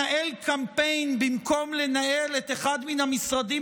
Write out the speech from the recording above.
שמנהל קמפיין במקום לנהל את אחד מהמשרדים